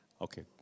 Okay